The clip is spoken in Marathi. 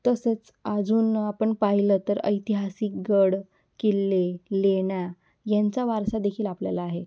तसंच अजून आपण पाहिलं तर ऐतिहासिक गड किल्ले लेण्या यांचा वारसादेखील आपल्याला आहे